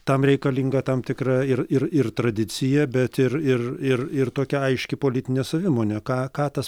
tam reikalinga tam tikra ir ir ir tradicija bet ir ir ir ir tokia aiški politinė savimonė ką ką tas